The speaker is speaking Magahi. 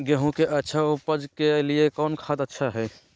गेंहू के अच्छा ऊपज के लिए कौन खाद अच्छा हाय?